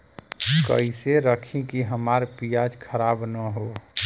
कइसे रखी कि हमार प्याज खराब न हो?